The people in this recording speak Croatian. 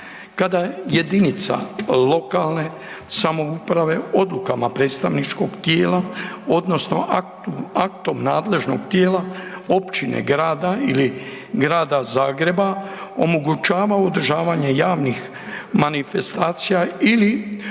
Kada jedinica lokalne samouprave odlukama predstavničkog tijela odnosno aktom nadležnog tijela općine, grada ili Grada Zagreba omogućava održavanje javnih manifestacija ili